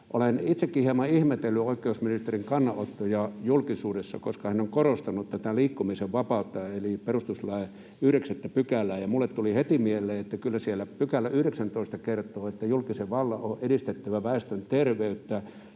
Olen itsekin hieman ihmetellyt oikeusministerin kannanottoja julkisuudessa, koska hän on korostanut tätä liikkumisen vapautta eli perustuslain 9 §:ää, ja minulle tuli heti mieleen, että kyllä siellä 19 § kertoo, että julkisen vallan on edistettävä väestön terveyttä,